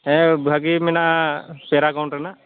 ᱦᱮᱸ ᱵᱷᱟᱜᱮ ᱢᱮᱱᱟᱜᱼᱟ ᱯᱮᱨᱟᱜᱚᱱ ᱨᱮᱱᱟᱜ